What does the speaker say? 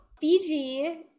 Fiji